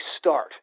start